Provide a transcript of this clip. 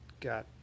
got